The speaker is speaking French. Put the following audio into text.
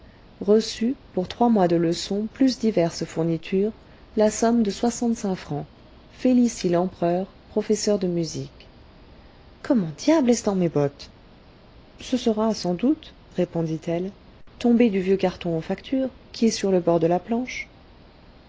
reçu pour trois mois de leçons plus diverses fournitures la somme de soixante-cinq francs felicie lempereur professeur de musique comment diable est-ce dans mes bottes ce sera sans doute répondit-elle tombé du vieux carton aux factures qui est sur le bord de la planche